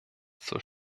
zur